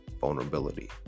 vulnerability